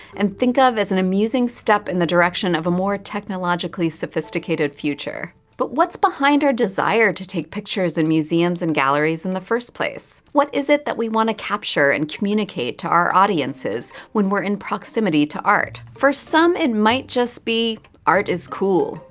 and think of as an amusing step in the direction of a more technologically sophisticated future. but what's behind our desire to take pictures in museums and galleries in the first place? what is it that we want to capture and communicate to our audiences when we're in proximity to art? for some it might just be art is cool.